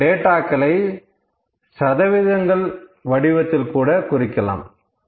இந்த டேட்டாக்களை சதவீதங்கள் வடிவத்தில் கூட குறிக்கலாம்